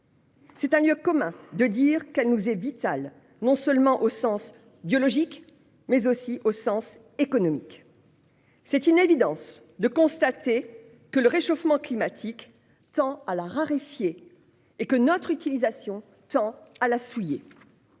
C'est un lieu commun de dire que l'eau nous est vitale, non seulement au sens biologique, mais aussi au sens économique. C'est une évidence de constater que le réchauffement climatique tend à la raréfier et que notre utilisation tend à la souiller.